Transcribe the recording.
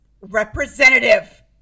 representative